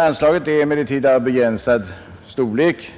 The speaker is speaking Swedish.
Anslaget är emellertid av begränsad storlek,